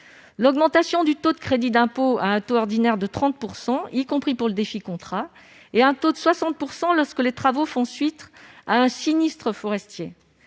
d'augmenter le taux du crédit d'impôt à un taux ordinaire de 30 %, y compris pour le DEFI contrat, et à un taux de 60 % lorsque les travaux font suite à un sinistre forestier.